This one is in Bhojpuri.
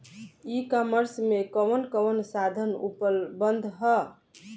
ई कॉमर्स में कवन कवन साधन उपलब्ध ह?